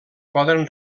poden